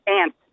ant